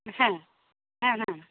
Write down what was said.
হ্যাঁ হ্যাঁ হ্যাঁ